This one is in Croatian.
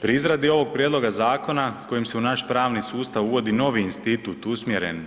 Pri izradi ovog prijedloga zakona kojim se u naš pravni sustav uvodi novi institut usmjeren